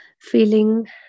feeling